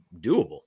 doable